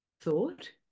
thought